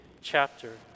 chapter